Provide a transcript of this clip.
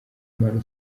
mpano